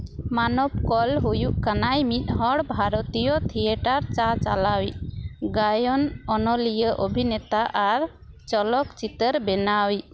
ᱢᱟᱱᱚᱵ ᱠᱚᱞ ᱦᱩᱭᱩᱜ ᱠᱟᱱᱟᱭ ᱢᱤᱫ ᱦᱚᱲ ᱵᱷᱟᱨᱚᱛᱤᱭᱚ ᱛᱷᱤᱭᱮᱴᱟᱨ ᱪᱟᱼᱪᱟᱞᱟᱣᱤᱡ ᱜᱟᱭᱟᱱ ᱚᱱᱚᱞᱤᱭᱟᱹ ᱚᱵᱷᱤᱱᱮᱛᱟ ᱟᱨ ᱪᱚᱞᱚᱠ ᱪᱤᱛᱟᱹᱨ ᱵᱮᱱᱟᱣᱤᱡ